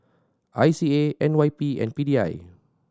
I C A N Y P and P D I